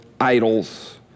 idols